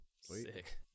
sick